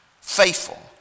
faithful